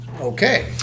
okay